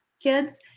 kids